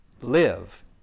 live